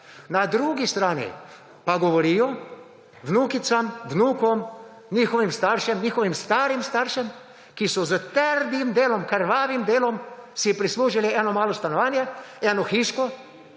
Na drugi strani pa govorijo vnukicam, vnukom, njihovim staršem, njihovim starim staršem, ki so s trdim delom, krvavim delom si prislužili eno malo stanovanje, eno hiško,